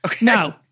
No